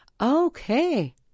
Okay